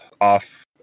off